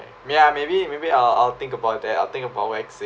ya maybe maybe I'll I'll think about that I'll think about waxing